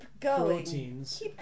proteins